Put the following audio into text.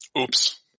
Oops